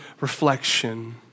reflection